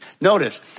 Notice